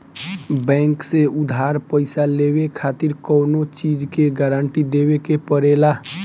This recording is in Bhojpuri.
बैंक से उधार पईसा लेवे खातिर कवनो चीज के गारंटी देवे के पड़ेला